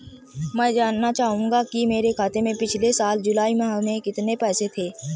मैं जानना चाहूंगा कि मेरे खाते में पिछले साल जुलाई माह में कितने पैसे थे?